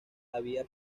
había